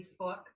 Facebook